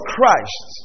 Christ